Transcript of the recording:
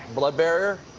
blood barrier?